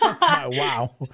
Wow